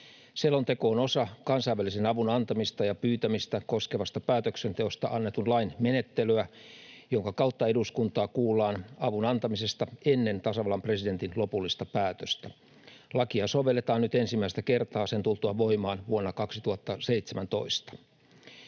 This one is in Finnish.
Selonteko on osa kansainvälisen avun antamista ja pyytämistä koskevasta päätöksenteosta annetun lain menettelyä, jonka kautta eduskuntaa kuullaan avun antamisesta ennen tasavallan presidentin lopullista päätöstä. Lakia sovelletaan nyt ensimmäistä kertaa sen tultua voimaan vuonna 2017.